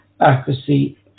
accuracy